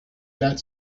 that